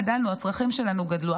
גדלנו, הצרכים שלנו גדלו.